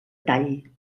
tall